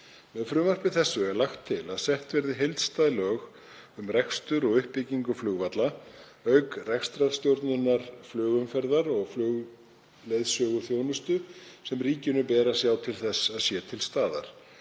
Með frumvarpi þessu er lagt til að sett verði heildstæð lög um rekstur og uppbyggingu flugvalla auk rekstrarstjórnunar flugumferðar og flugleiðsöguþjónustu sem ríkinu ber að sjá til þess að sé til staðar.